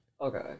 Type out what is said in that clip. Okay